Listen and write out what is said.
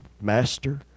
Master